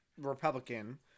Republican